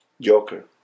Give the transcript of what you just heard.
Joker